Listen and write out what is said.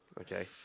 Okay